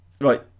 right